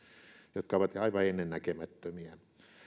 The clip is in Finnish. jotka ovat aivan ennennäkemättömiä